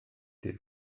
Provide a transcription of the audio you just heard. dydd